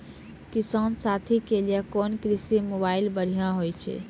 किसान साथी के लिए कोन कृषि मोबाइल बढ़िया होय छै?